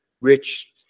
rich